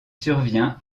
survient